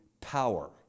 power